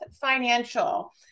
Financial